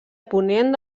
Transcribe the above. ponent